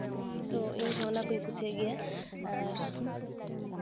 ᱛᱳ ᱤᱧᱦᱚᱸ ᱚᱱᱟ ᱠᱚᱧ ᱠᱩᱥᱤᱭᱟᱜ ᱜᱮᱭᱟ ᱟᱨ